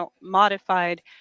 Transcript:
modified